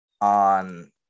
on –